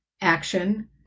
action